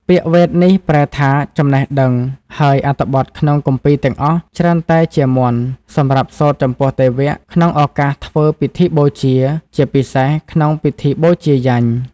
ពាក្យវេទនេះប្រែថា ចំណេះដឹង ហើយអត្ថបទក្នុងគម្ពីរទាំងអស់ច្រើនតែជាមន្ត សម្រាប់សូត្រចំពោះទេវៈ ក្នុងឱកាសធ្វើពិធីបូជា ជាពិសេសក្នុងពិធីបូជាយញ្ញ។